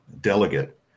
delegate